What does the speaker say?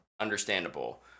understandable